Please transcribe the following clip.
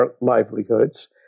livelihoods